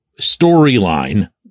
storyline